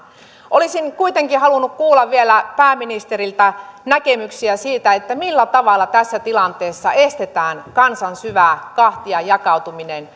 olisin kuitenkin halunnut kuulla vielä pääministeriltä näkemyksiä siitä millä tavalla tässä tilanteessa estetään kansan syvä kahtiajakautuminen